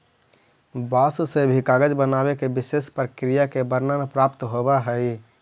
बाँस से भी कागज बनावे के विशेष प्रक्रिया के वर्णन प्राप्त होवऽ हई